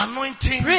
Anointing